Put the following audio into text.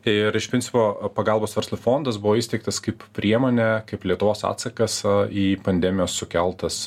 ir iš principo pagalbos verslui fondas buvo įsteigtas kaip priemonė kaip lietuvos atsakas į pandemijos sukeltas